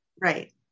right